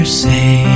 say